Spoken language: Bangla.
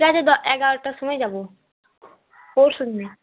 ঠিক আছে দ এগারোটার সময় যাবো পরশুদিন